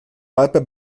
lépe